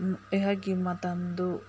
ꯑꯩꯍꯥꯛꯀꯤ ꯃꯇꯝꯗꯨ